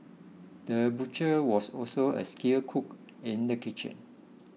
the butcher was also a skilled cook in the kitchen